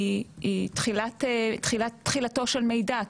היא תחילתו של מידע,